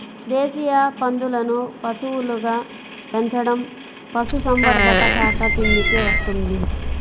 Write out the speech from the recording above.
దేశీయ పందులను పశువులుగా పెంచడం పశుసంవర్ధక శాఖ కిందికి వస్తుంది